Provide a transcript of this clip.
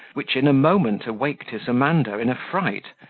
which in a moment awaked his amanda in a fright,